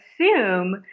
assume